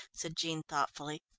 said jean thoughtfully.